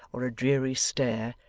or a dreary stare,